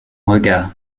regard